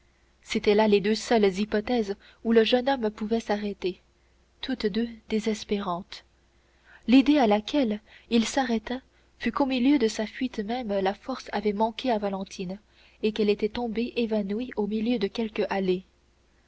c'étaient là les deux seules hypothèses où le jeune homme pouvait s'arrêter toutes deux désespérantes l'idée à laquelle il s'arrêta fut qu'au milieu de sa fuite même la force avait manqué à valentine et qu'elle était tombée évanouie au milieu de quelque allée